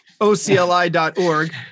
OCLI.org